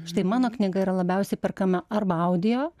štai mano knyga yra labiausiai perkama arba audio